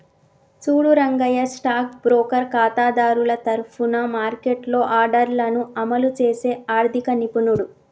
చూడు Rangaiah stock broker ఖాతాదారుల తరఫున మార్కెట్లో ఆర్డర్లను అమలు చేసే ఆర్థిక నిపుణుడు